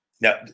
now